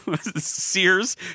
Sears